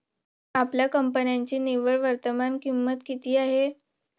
आपल्या कंपन्यांची निव्वळ वर्तमान किंमत किती आहे?